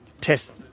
test